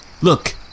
Look